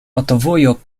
aŭtovojo